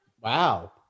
Wow